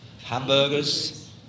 hamburgers